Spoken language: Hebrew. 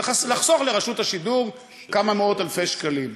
לחסוך לרשות השידור כמה מאות-אלפי שקלים.